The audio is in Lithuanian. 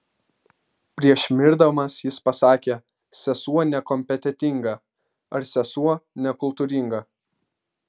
prieš mirdamas jis pasakė sesuo nekompetentinga ar sesuo nekultūringa